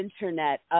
Internet